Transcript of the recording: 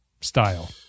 style